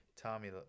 Tommy